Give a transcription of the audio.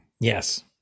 yes